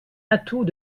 atout